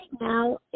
now